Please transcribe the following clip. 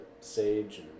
sage